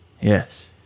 Yes